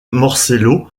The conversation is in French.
marcello